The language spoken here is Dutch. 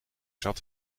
zat